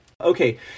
Okay